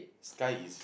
sky is